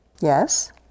Yes